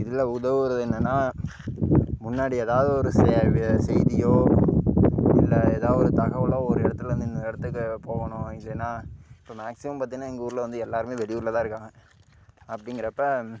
இதில் உதவுகிறது என்னென்னா முன்னாடி ஏதாவது ஒரு செ செய்தியோ இல்லை ஏதாவது ஒரு தகவல் ஒரு இடத்தில் இருந்து இன்னொரு இடத்துக்கு போகணும் இல்லைனா இப்போ மேக்ஸிமம் பார்த்திங்கன்னா எங்கள் ஊரில் வந்து எல்லோருமே வெளியூரில் தான் இருக்காங்க அப்படிங்கிறப்ப